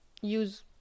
use